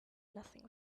nothing